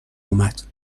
اومد